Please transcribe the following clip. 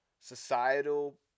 societal